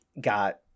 got